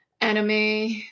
anime